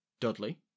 Dudley